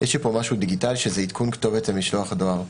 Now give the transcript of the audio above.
יש פה משהו דיגיטלי שזה עדכון כתובת למשלוח הדואר.